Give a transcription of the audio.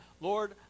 Lord